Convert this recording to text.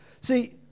See